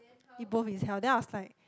if both is hell then I was like